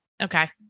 Okay